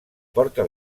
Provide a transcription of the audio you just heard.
porta